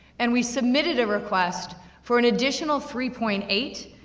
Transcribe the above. and we submitted a request for an additional three point eight,